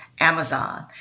Amazon